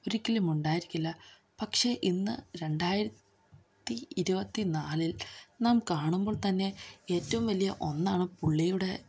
ഒരിക്കലുമുണ്ടായിരിക്കില്ല പക്ഷെ ഇന്ന് രണ്ടായിരത്തി ഇരുപത്തിനാലിൽ നാം കാണുമ്പോൾത്തന്നെ ഏറ്റവും വലിയ ഒന്നാണ് പുള്ളിയുടെ